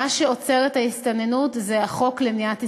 מה שעוצר את ההסתננות זה החוק למניעת הסתננות.